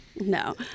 No